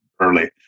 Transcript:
early